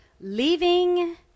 Leaving